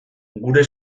gure